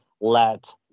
let